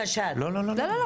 לא, לא.